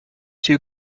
two